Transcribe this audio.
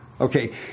Okay